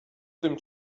tym